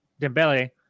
Dembele